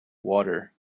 water